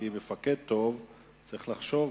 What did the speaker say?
כי מפקד טוב צריך לחשוב